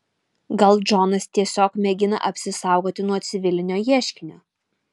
gal džonas tiesiog mėgina apsisaugoti nuo civilinio ieškinio